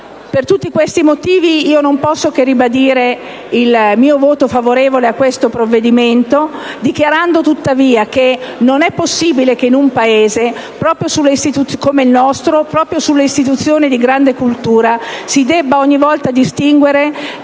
Per tutti questi motivi, non posso che ribadire il mio voto favorevole a questo provvedimento, dichiarando, tuttavia, che non è possibile che in un Paese come il nostro, proprio sulle istituzioni di grande cultura si debba ogni volta distinguere